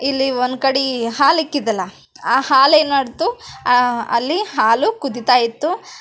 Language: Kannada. ಇಲ್ಲಿ ಒಂದು ಕಡೆ ಹಾಲು ಇಕ್ಕಿದ್ದಲ ಆ ಹಾಲು ಏನು ಮಾಡ್ತು ಅಲ್ಲಿ ಹಾಲು ಕುದಿತಾಯಿತ್ತು